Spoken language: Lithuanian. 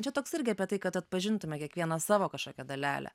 čia toks irgi apie tai kad atpažintume kiekvieną savo kažkokią dalelę